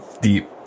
deep